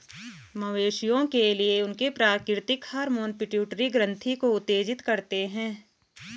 मवेशियों के लिए, उनके प्राकृतिक हार्मोन पिट्यूटरी ग्रंथि को उत्तेजित करते हैं